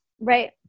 Right